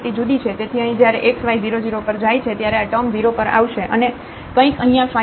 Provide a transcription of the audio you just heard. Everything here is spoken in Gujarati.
તેથી અહીં જ્યારે x y 0 0 પર જાય છે ત્યારે આ ટર્મ 0 પર આવશે અને કંઈક અહિંયા ફાઇનાઇટ છે